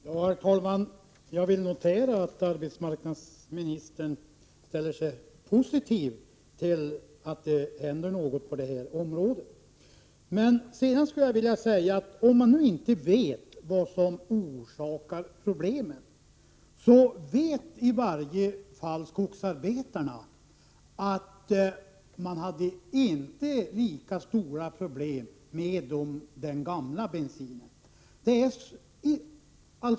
Herr talman! Jag vill notera att arbetsmarknadsministern ställer sig positiv till att något händer på detta område. Om man nu inte vet vad som orsakar problemet, vet i varje fall skogsarbetarna att de inte hade lika stora problem med den gamla bensinen.